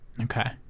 Okay